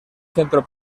centro